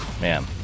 Man